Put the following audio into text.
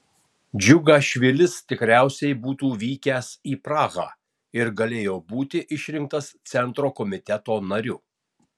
džiugašvilis tikriausiai būtų vykęs į prahą ir galėjo būti išrinktas centro komiteto nariu